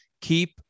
keep